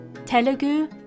Telugu